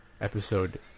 episode